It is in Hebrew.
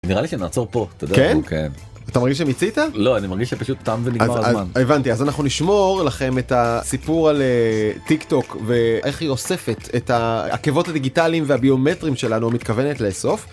נראה לי שנעצור פה, אתה יודע? כן? אתה מרגיש שמיצת? לא, אני מרגיש שפשוט תם ונגמר הזמן. הבנתי, אז אנחנו נשמור לכם את הסיפור על טיק טוק, ואיך היא אוספת את העקבות הדיגיטליים והביומטרים שלנו, או מתכוונת לאסוף.